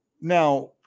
Now